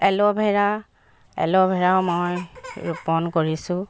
aloe vera এলভেৰাও মই ৰোপণ কৰিছোঁ